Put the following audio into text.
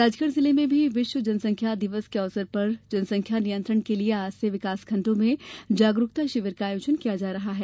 राजगढ़ जिले में भी विश्व जनसंख्या दिवस के अवसर पर जनसंख्या नियंत्रण के लिए आज से विकासखण्डों में जागरुकता शिविर का आयोजन किया जा रहा है